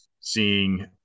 seeing